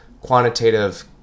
quantitative